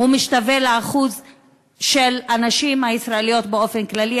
משתווה לאחוז הנשים הישראליות באופן כללי,